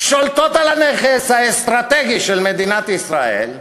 שולטות על הנכס האסטרטגי של מדינת ישראל,